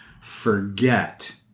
forget –